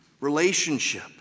Relationship